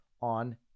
on